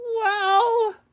Wow